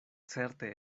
certe